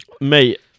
Mate